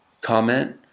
comment